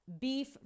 beef